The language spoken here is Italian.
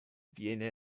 viene